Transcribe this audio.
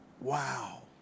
Wow